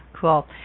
Cool